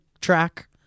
track